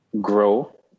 grow